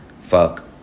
Fuck